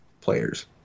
players